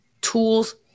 tools